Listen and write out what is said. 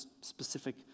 specific